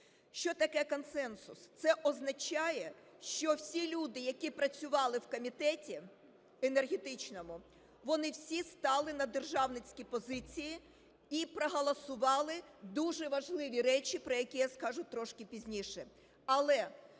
Що таке консенсус? Це означає, що всі люди, які працювали в Комітеті енергетичному, вони всі стали на державницькі позиції і проголосували дуже важливі речі, про які я скажу трошки пізніше.